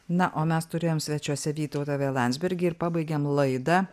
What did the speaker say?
na o mes turėjom svečiuose vytautą v landsbergį ir pabaigiam laidą